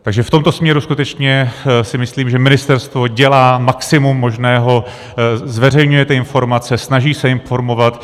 Takže v tomto směru skutečně si myslím, že ministerstvo dělá maximum možného, zveřejňuje ty informace, snaží se informovat.